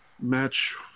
match